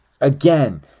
again